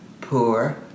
poor